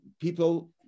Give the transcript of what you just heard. people